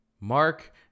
Mark